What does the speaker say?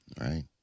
Right